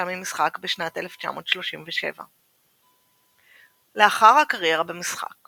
ממשחק בשנת 1937. לאחר הקריירה במשחק